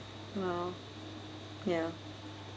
!wow! ya